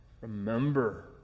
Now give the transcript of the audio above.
remember